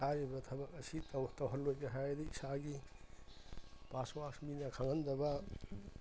ꯍꯥꯏꯔꯤꯕ ꯊꯕꯛ ꯑꯁꯤ ꯇꯧꯍꯜꯂꯣꯏꯒꯦ ꯍꯥꯏꯔꯗꯤ ꯏꯁꯥꯒꯤ ꯄꯥꯁꯋꯥꯔꯗ ꯃꯤꯅ ꯈꯪꯍꯟꯗꯕ